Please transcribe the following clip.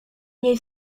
niej